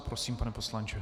Prosím, pane poslanče.